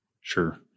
Sure